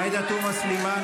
עאידה תומא סלימאן,